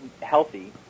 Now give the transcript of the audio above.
healthy